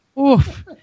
oof